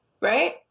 right